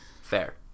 Fair